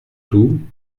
tout